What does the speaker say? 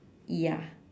ya